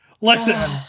listen